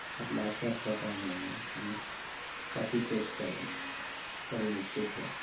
اب laptop کا time آ گیا اس لئے کاپی پیسٹ کر رہے ہیں پہلے لکھتے تھے